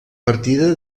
partida